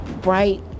bright